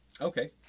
Okay